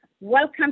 welcome